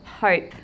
hope